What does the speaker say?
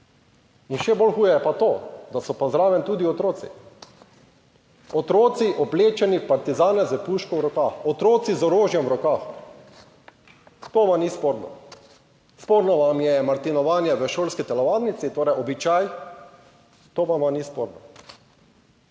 In še bolj huje je pa to, da so pa zraven tudi otroci. Otroci, oblečeni v partizane, s puško v rokah, otroci z orožjem v rokah. To vam ni sporno. Sporno vam je martinovanje v šolski telovadnici, torej običaj. To vam ni sporno.